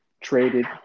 traded